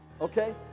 Okay